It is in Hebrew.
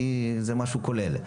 כי זה משהו כולל.